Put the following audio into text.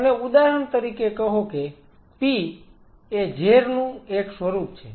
અને ઉદાહરણ તરીકે કહો કે P એ ઝેર નું એક સ્વરૂપ છે